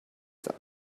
them